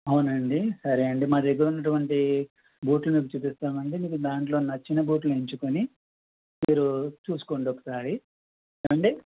అవునా అండి సరే అండి మా దగ్గర ఉన్నటువంటి బూట్లు మీకు చూపిస్తాం అండి దాంట్లో మీకు నచ్చిన బూట్లు ఎంచుకుని మీరు చూసుకోండి ఒకసారి ఏవండీ